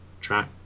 track